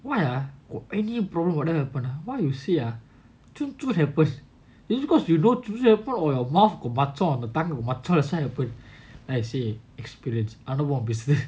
why ah got any problem whatever happen ah why you see ah zhun zhun happen is it because you don't chew your phone or your mouth got makchor or your tongue got makchor that's why happen I say experience under what business